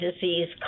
disease